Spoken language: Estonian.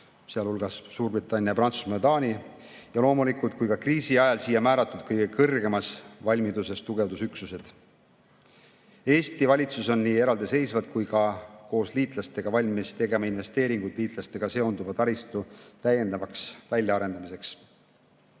sealhulgas Suurbritannia, Prantsusmaa, Taani, ja loomulikult ka kriisi ajal siia määratud kõige kõrgemas valmiduses tugevdusüksused. Eesti valitsus on nii eraldiseisvalt kui ka koos liitlastega valmis tegema investeeringuid liitlastega seonduva taristu täiendavaks väljaarendamiseks.